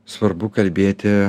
svarbu kalbėti